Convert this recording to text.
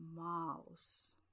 mouse